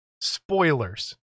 spoilers